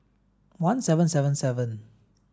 one seven seven seven